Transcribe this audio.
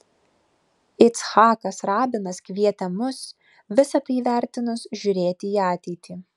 icchakas rabinas kvietė mus visa tai įvertinus žiūrėti į ateitį